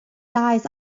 dies